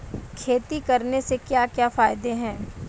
खेती करने से क्या क्या फायदे हैं?